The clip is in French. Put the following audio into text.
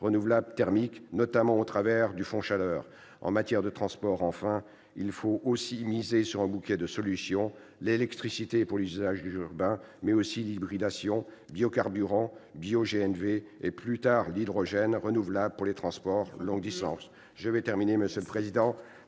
renouvelables thermiques, notamment au travers du fonds chaleur. En matière de transports, enfin, il faut là aussi miser sur un bouquet de solutions : l'électricité pour les usages urbains, mais aussi l'hybridation, les biocarburants, le bioGNV et, plus tard, l'hydrogène renouvelable pour les transports longue distance. Il faut conclure. J'en